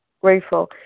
grateful